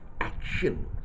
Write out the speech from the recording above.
action